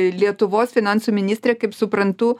lietuvos finansų ministrė kaip suprantu